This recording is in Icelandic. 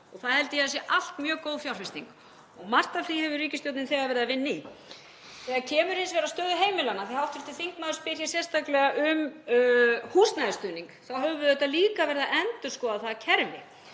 Það held ég að sé allt mjög góð fjárfesting og margt af því hefur ríkisstjórnin þegar verið að vinna í. Þegar kemur hins vegar að stöðu heimilanna, af því hv. þingmaður spyr sérstaklega um húsnæðisstuðning, þá höfum við líka verið að endurskoða það kerfi.